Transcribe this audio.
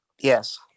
Yes